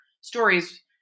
stories